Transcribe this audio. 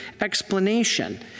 explanation